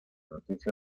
noticia